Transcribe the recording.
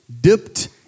dipped